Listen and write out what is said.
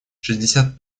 шестьдесят